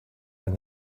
when